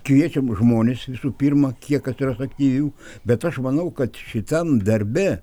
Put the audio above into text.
kviečiam žmones visų pirma kiek atsiras aktyvių bet aš manau kad šitam darbe